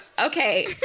Okay